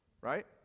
right